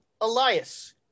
Elias